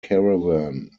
caravan